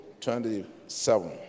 27